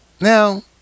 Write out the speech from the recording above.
Now